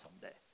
someday